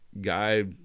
guy